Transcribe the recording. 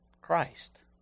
Christ